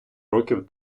років